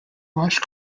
wash